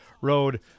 road